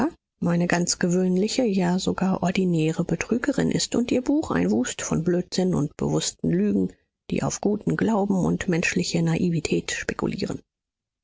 eine ganz gewöhnliche ja sogar ordinäre betrügerin ist und ihr buch ein wust von blödsinn und bewußten lügen die auf guten glauben und menschliche naivetät spekulieren